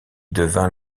devint